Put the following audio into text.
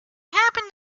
happened